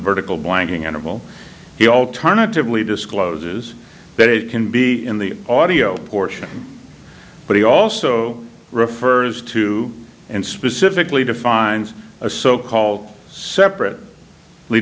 vertical blanking animal he alternatively discloses that it can be in the audio portion but he also refers to and specifically defines a so called separate